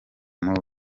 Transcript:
muri